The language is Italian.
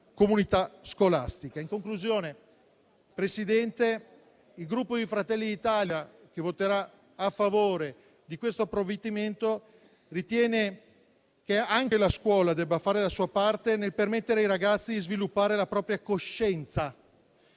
In conclusione, signor Presidente, il Gruppo Fratelli d'Italia, che voterà a favore di questo provvedimento, ritiene che anche la scuola debba fare la sua parte nel permettere ai ragazzi di sviluppare la propria coscienza,